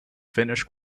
finish